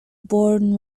born